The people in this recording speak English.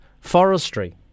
forestry